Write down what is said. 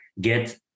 get